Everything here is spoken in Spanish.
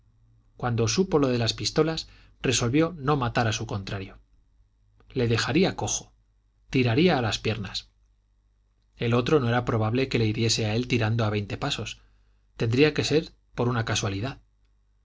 cuando supo lo de las pistolas resolvió no matar a su contrario le dejaría cojo tiraría a las piernas el otro no era probable que le hiriese a él tirando a veinte pasos tendría que ser por una casualidad